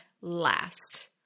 last